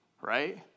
right